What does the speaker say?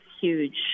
huge